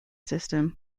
system